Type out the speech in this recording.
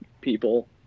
people